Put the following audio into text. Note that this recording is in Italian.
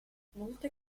molte